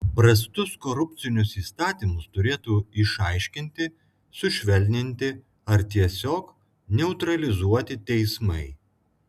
prastus korupcinius įstatymus turėtų išaiškinti sušvelninti ar tiesiog neutralizuoti teismai